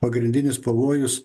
pagrindinis pavojus